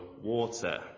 water